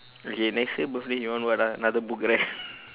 okay next year birthday you want what ah another book right